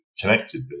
connected